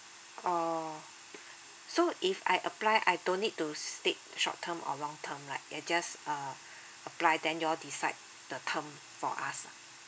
oh so if I apply I don't need to state short term or long term like I just uh apply then you all decide the term for us ah